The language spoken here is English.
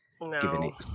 No